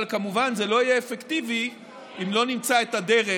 אבל כמובן זה לא יהיה אפקטיבי אם לא נמצא את הדרך